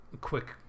quick